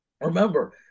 remember